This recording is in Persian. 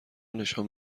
نشان